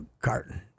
carton